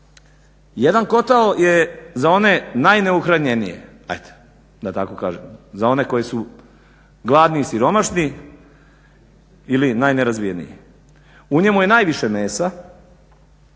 Jedan kotao je za one najneuhranjenije, eto da tako kažem, za one koji su gladni i siromašni ili najnerazvijeniji. U njemu je najviše mesa,